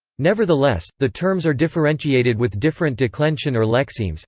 nevertheless, the terms are differentiated with different declension or lexemes